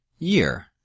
Year